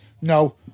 no